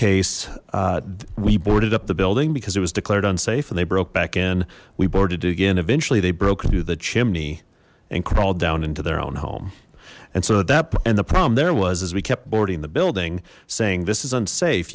case we boarded up the building because it was declared unsafe and they broke back in we boarded again eventually they broke through the chimney and crawled down into their own home and so that and the problem there was is we kept boarding the building saying this is unsafe